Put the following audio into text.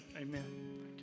Amen